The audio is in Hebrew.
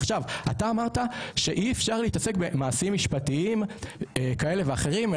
עכשיו אתה אמרת שאי אפשר להתעסק במעשים משפטיים כאלה ואחרים,